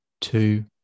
two